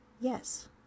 Yes